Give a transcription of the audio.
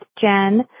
Jen